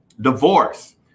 Divorce